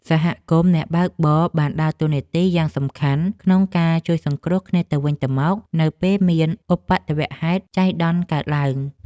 សហគមន៍អ្នកបើកបរបានដើរតួនាទីយ៉ាងសកម្មក្នុងការជួយសង្គ្រោះគ្នាទៅវិញទៅមកនៅពេលមានឧបទ្ទវហេតុចៃដន្យកើតឡើង។